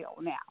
now